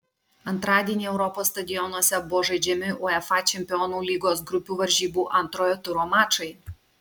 antradienį europos stadionuose buvo žaidžiami uefa čempionų lygos grupių varžybų antrojo turo mačai